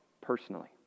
personally